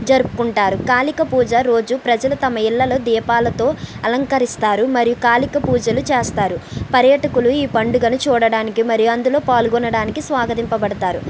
జరుపుకుంటారు కాళిక పూజ రోజు ప్రజలు తమ ఇండ్లలో దీపాలతో అలంకరిస్తారు మరియు కాళిక పూజలు చేస్తారు పర్యాటకులు ఈ పండుగను చూడడానికి మరి అందులో పాల్గొనడానికి స్వాగతింపబడతారు